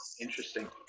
Interesting